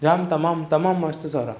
जाम तमामु तमामु मस्त सर आहे